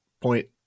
point